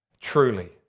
Truly